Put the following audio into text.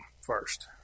first